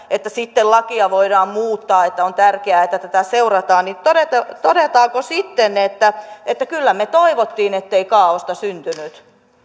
että sitten lakia voidaan muuttaa että on tärkeää että tätä seurataan niin todetaanko sitten että että kyllä me toivoimme ettei kaaosta syntyisi